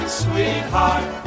sweetheart